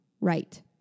right